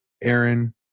aaron